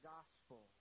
Gospel